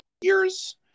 years